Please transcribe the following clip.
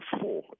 four